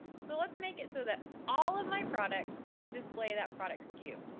so let's make it so that all of my products display that product sku.